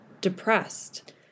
depressed